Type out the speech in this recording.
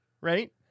right